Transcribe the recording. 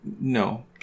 No